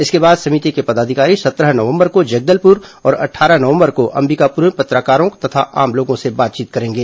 इसके बाद समिति के पदाधिकारी सत्रह नवंबर को जगदलपुर और अट्ठारह नवंबर को अंबिकापुर में पत्रकारों तथा आम लोगों से बातचीत करेंगे